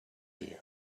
you